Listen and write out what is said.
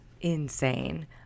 insane